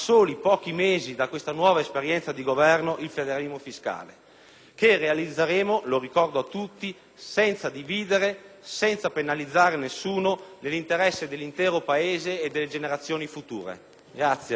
che realizzeremo - lo ricordo a tutti - senza dividere, senza penalizzare nessuno, nell'interesse dell'intero Paese e delle generazioni future.